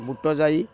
ବୁଟଯାଇ